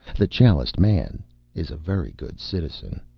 the chaliced man is a very good citizen.